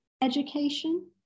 education